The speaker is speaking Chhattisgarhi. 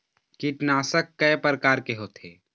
कीटनाशक कय प्रकार के होथे?